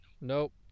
Nope